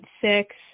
six